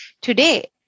Today